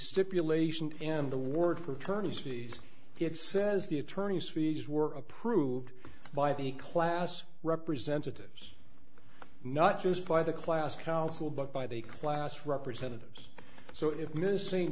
stipulation and the word for counties cities it says the attorneys fees were approved by the class representatives not just by the class council but by the class representatives so if